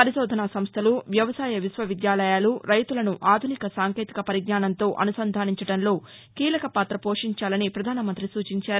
పరిశోధనా సంస్లలు వ్యవసాయ విశ్వవిద్యాలయాలు రైతులను ఆధునిక సాంకేతిక పరిజ్ఞానంతో అనుసంధానించడంలో కీలక పాత పోషించాలని పధాన మంతి సూచించారు